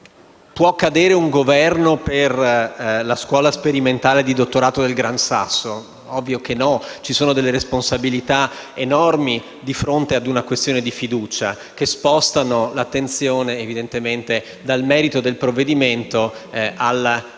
Può cadere un Governo per la scuola sperimentale di dottorato del Gran Sasso? Ovviamente no. Ci sono responsabilità enormi di fronte a una questione di fiducia che spostano l'attenzione dal merito del provvedimento alle